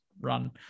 run